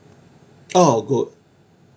oh oh good